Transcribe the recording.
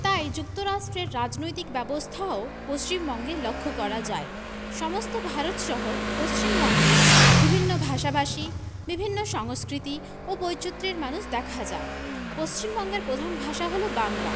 তাই যুক্তরাষ্ট্রের রাজনৈতিক ব্যবস্থাও পশ্চিমবঙ্গে লক্ষ্য করা যায় সমস্ত ভারত সহ পশ্চিমবঙ্গে বিভিন্ন ভাষাভাষী বিভিন্ন সংস্কৃতি ও বৈচিত্র্যের মানুষ দেখা যায় পশ্চিমবঙ্গের প্রধান ভাষা হলো বাংলা